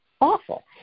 awful